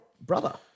brother